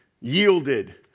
yielded